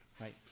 right